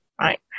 right